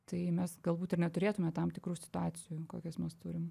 tai mes galbūt ir neturėtume tam tikrų situacijų kokias mes turim